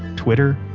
twitter,